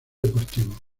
deportivo